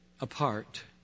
apart